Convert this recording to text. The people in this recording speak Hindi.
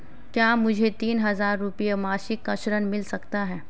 क्या मुझे तीन हज़ार रूपये मासिक का ऋण मिल सकता है?